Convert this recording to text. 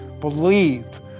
Believe